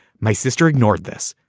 my sister ignored this.